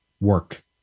work